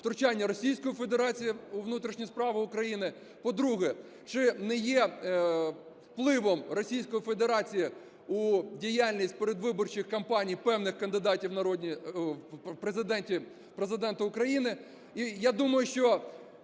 втручання Російської Федерації у внутрішні справи України. По-друге, чи не є впливом Російської Федерації у діяльність передвиборчих кампаній певних кандидатів в Президенти України.